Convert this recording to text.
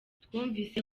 twumvise